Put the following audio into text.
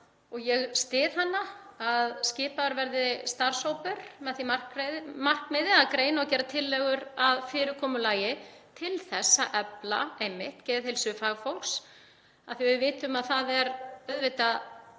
og ég styð það að skipaður verði starfshópur með því markmiði að greina og gera tillögur að fyrirkomulagi til þess að efla geðheilsu fagfólks af því að við vitum að það er auðvitað